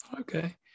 Okay